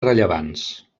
rellevants